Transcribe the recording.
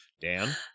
Dan